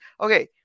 okay